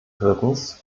drittens